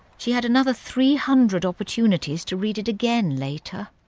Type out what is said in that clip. she had another three hundred opportunities to read it again later.